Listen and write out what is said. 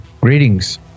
Greetings